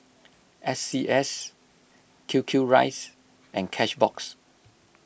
S C S Q Q rice and Cashbox